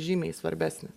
žymiai svarbesnė